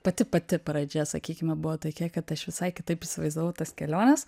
pati pati pradžia sakykime buvo tokia kad aš visai kitaip įsivaizdavau tas keliones